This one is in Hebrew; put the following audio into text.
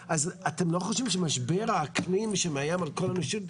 אז אתם לא חושבים שמשבר האקלים שמאיים על כל האנושות,